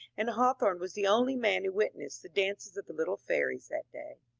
and hawthorne was the only man who witnessed the dances of the little fairies that day.